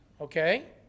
Okay